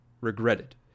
regretted